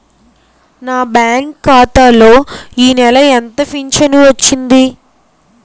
నా బ్యాంక్ ఖాతా లో ఈ నెల ఎంత ఫించను వచ్చింది?